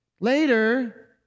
Later